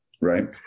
right